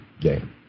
game